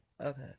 Okay